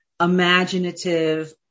imaginative